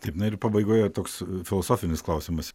taip na ir pabaigoje toks filosofinis klausimas